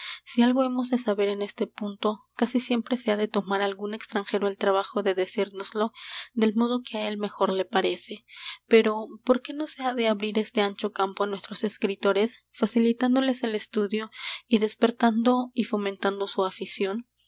si algo hemos de saber en este punto casi siempre se ha de tomar algún extranjero el trabajo de decírnoslo del modo que á él mejor le parece pero por qué no se ha de abrir este ancho campo á nuestros escritores facilitándoles el estudio y despertando y fomentando su afición